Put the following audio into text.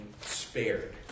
spared